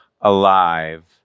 alive